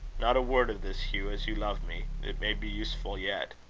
not a word of this, hugh, as you love me. it may be useful yet.